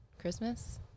Christmas